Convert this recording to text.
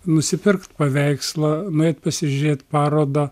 nusipirkt paveikslą nueit pasižiūrėt parodą